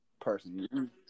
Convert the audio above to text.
person